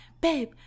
babe